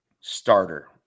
starter